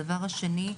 הדבר השני,